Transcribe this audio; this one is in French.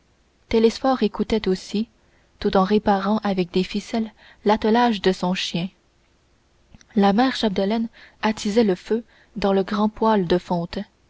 télesphore écoutait aussi tout en réparant avec des ficelles l'attelage de son chien la mère chapdelaine attisait le feu dans le grand poêle de fonte